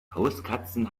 hauskatzen